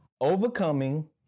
Overcoming